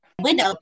window